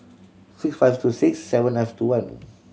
six five two six seven nine two one